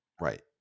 right